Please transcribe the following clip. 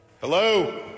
Hello